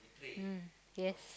mm yes